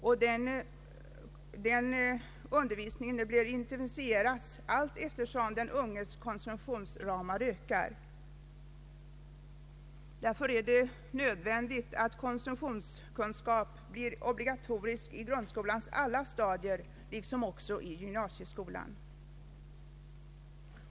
Denna undervisning bör intensifieras, allteftersom den unges konsumtionsramar ökar. Det är därför nödvändigt att konsumtionskunskap blir obligatorisk på grundskolans alla stadier liksom också i gymnasieskolan.